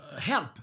help